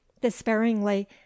despairingly